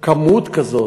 להעלות על ההר כמות כזאת